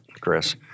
Chris